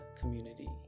community